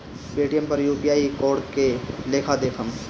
Paytm पर UPI code के लेखा देखम?